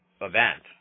event